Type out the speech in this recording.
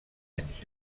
anys